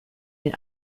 den